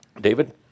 David